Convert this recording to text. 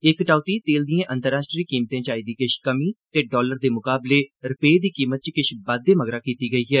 एह् कटौती तेल दिए अंतर्राश्ट्री कीमतें च आई दी किश कमी ते डालर दे मुकाबले रपे दी कीमत च किश बाद्दे मगरा कीती गेई ऐ